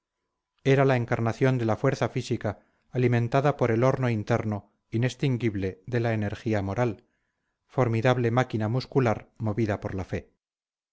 era la encarnación de la fuerza física alimentada por el horno interno inextinguible de la energía moral formidable máquina muscular movida por la fe